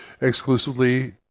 exclusively